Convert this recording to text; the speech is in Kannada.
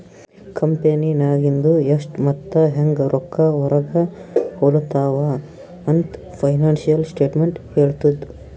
ಕಂಪೆನಿನಾಗಿಂದು ಎಷ್ಟ್ ಮತ್ತ ಹ್ಯಾಂಗ್ ರೊಕ್ಕಾ ಹೊರಾಗ ಹೊಲುತಾವ ಅಂತ್ ಫೈನಾನ್ಸಿಯಲ್ ಸ್ಟೇಟ್ಮೆಂಟ್ ಹೆಳ್ತುದ್